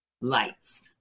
Lights